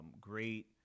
Great